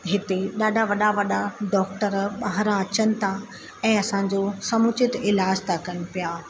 हिते ॾाढा वॾा वॾा डॉक्टर ॿाहिरां अचनि था ऐं असांजो समूचित इलाज था कनि पिया